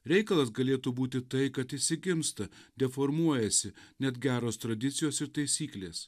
reikalas galėtų būti tai kad išsigimsta deformuojasi net geros tradicijos ir taisyklės